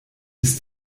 ist